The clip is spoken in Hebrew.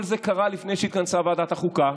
כל זה קרה לפני שהתכנסה ועדת החוקה.